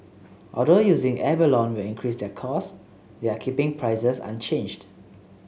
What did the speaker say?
although using abalone will increase their cost they are keeping prices unchanged